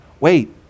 Wait